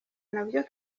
nabyo